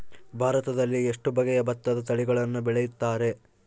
ಭಾರತದಲ್ಲಿ ಎಷ್ಟು ಬಗೆಯ ಭತ್ತದ ತಳಿಗಳನ್ನು ಬೆಳೆಯುತ್ತಾರೆ?